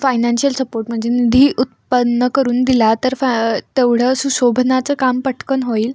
financial support म्हणजे निधी उत्पन्न करून दिला तर फा तेवढं सुशोभनाचं काम पटकन होईल